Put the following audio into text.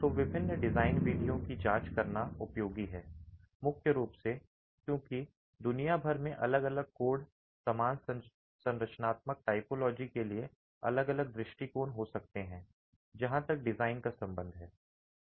तो विभिन्न डिजाइन विधियों की जांच करना उपयोगी है मुख्य रूप से क्योंकि दुनिया भर में अलग अलग कोड समान संरचनात्मक टाइपोलॉजी के लिए अलग अलग दृष्टिकोण हो सकते हैं जहां तक डिजाइन का संबंध है